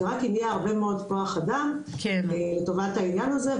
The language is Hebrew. רק אם יהיה הרבה מאוד כוח אדם לטובת העניין הזה,